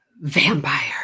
vampire